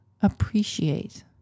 appreciate